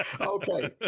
Okay